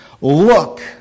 Look